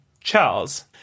Charles